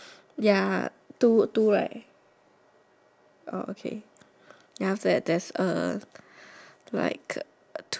orh okay then after that there's a like two kids eating carrots